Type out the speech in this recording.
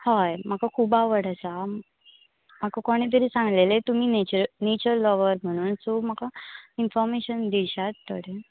हय म्हाका खूब आवड आसा म्हाका कोणें तरी सांगलेलें तुमी नेचर नेचर लवर म्हणून सो म्हाका इनफोमेशन दिशात थोडें